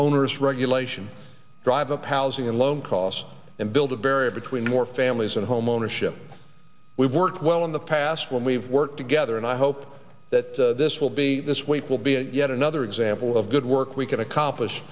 onerous regulation drive of housing and loan costs and build a barrier between more families and homeownership we've worked well in the past when we've worked together and i hope that this will be this week will be yet another example of good work we can accomplish